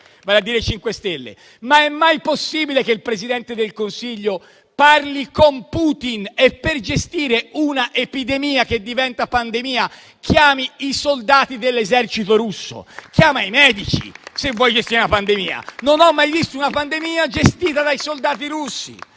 È mai possibile che il Presidente del Consiglio parli con Putin e, per gestire una epidemia che diventa pandemia, chiami i soldati dell'esercito russo? Ma chiama i medici, se vuoi gestire una pandemia. Io non ho mai visto una pandemia gestita dai soldati russi.